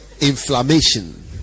inflammation